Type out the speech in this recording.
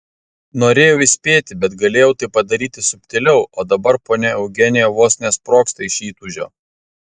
norėjau įspėti bet galėjau tai padaryti subtiliau o dabar ponia eugenija vos nesprogsta iš įtūžio